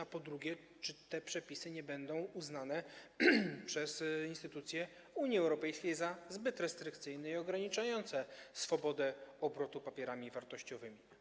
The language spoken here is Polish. A po drugie, czy te przepisy nie będą uznane przez instytucje Unii Europejskiej za zbyt restrykcyjne i ograniczające swobodę obrotu papierami wartościowymi?